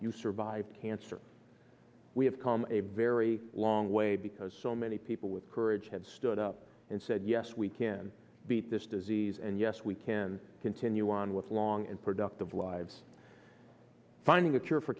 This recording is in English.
you survived cancer we have come a very long way because so many people with courage had stood up and said yes we can beat this disease and yes we can continue on with long and productive lives finding a cure for